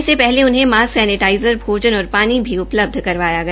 जाने से पहले उन्हें मास्क सैनेटाइज़र भोजन और पानी भी उपलब्ध करवाया गया